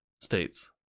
states